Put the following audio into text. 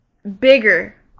bigger